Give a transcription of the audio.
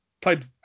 played